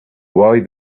why